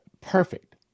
perfect